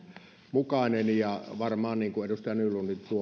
mukainen ja varmaan tuo edustaja nylundin